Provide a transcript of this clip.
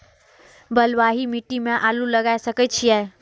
बलवाही मिट्टी में आलू लागय सके छीये?